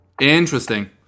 Interesting